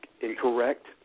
incorrect